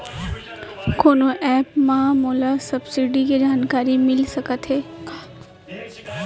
कोनो एप मा मोला सब्सिडी के जानकारी मिलिस सकत हे का?